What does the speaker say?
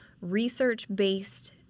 research-based